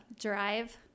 drive